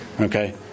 okay